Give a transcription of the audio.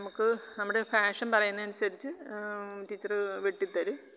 നമുക്ക് നമ്മുടെ ഫാഷൻ പറയുന്നത് അനുസരിച്ച് ടീച്ചറ് വെട്ടിത്തരും